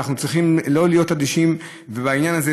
ואנחנו צריכים לא להיות אדישים בעניין הזה,